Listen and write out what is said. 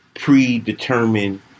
predetermined